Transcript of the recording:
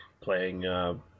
playing